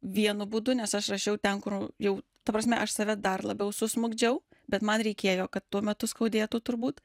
vienu būdu nes aš rašiau ten kur jau ta prasme aš save dar labiau susmukdžiau bet man reikėjo kad tuo metu skaudėtų turbūt